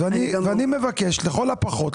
ואני מבקש לכל הפחות,